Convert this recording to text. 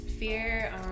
fear